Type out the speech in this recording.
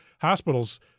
hospitals